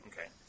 Okay